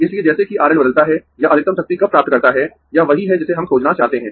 इसलिए जैसे कि RL बदलता है यह अधिकतम शक्ति कब प्राप्त करता है यह वही है जिसे हम खोजना चाहते है